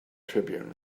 tribune